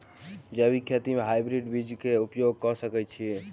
जैविक खेती म हायब्रिडस बीज कऽ उपयोग कऽ सकैय छी?